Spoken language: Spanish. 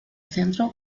centro